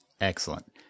Excellent